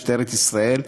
משטרת ישראל,